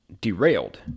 derailed